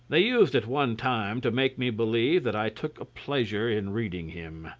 they used at one time to make me believe that i took a pleasure in reading him.